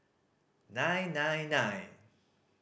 nine nine nine